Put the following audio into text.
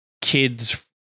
kid's